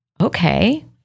okay